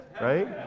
right